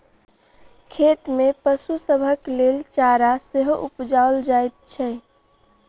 खेत मे पशु सभक लेल चारा सेहो उपजाओल जाइत छै